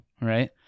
right